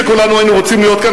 שכולנו היינו רוצים לראות כאן,